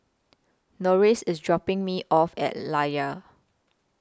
Norris IS dropping Me off At Layar